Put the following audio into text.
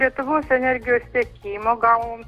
lietuvos energijos tiekimo gavom